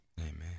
Amen